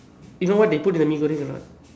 you know what they put in the Mee-Goreng or not